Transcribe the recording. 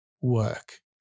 work